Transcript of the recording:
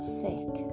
sick